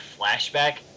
flashback